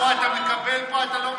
פה אתה מקבל ופה אתה לא מקבל.